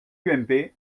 ump